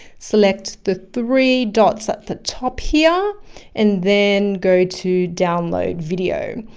select the three dots at the top here and then go to download video.